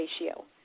ratio